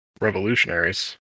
revolutionaries